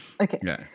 Okay